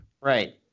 Right